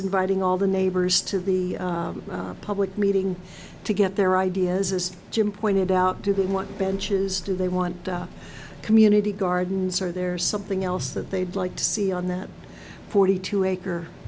inviting all the neighbors to the public meeting to get their ideas as jim pointed out do they want benches do they want community gardens or there's something else that they'd like to see on that forty two acre